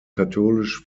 katholisch